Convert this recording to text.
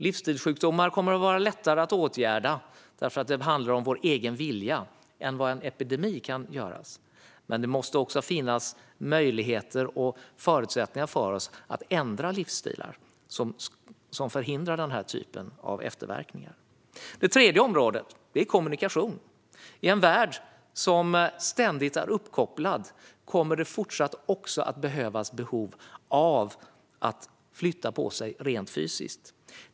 Livsstilssjukdomar kommer att vara lättare att åtgärda än epidemier, eftersom det handlar om vår egen vilja. Men det måste också finnas möjligheter och förutsättningar för oss att ändra livsstilar och förhindra den här typen av efterverkningar. Det tredje området är kommunikation. I en värld som ständigt är uppkopplad kommer det fortsatt att finnas behov av att flytta på sig rent fysiskt.